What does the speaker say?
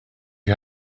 you